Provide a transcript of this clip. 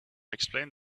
explained